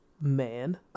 man